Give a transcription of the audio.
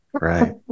Right